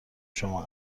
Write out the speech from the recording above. شما